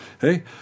Hey